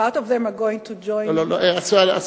A part of them are going to join, לא, לא, לא.